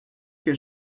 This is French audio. que